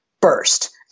burst